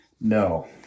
No